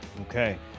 Okay